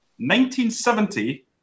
1970